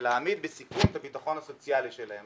ולהעמיד בסיכון את הביטחון הסוציאלי שלהם.